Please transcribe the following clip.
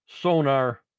sonar